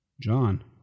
John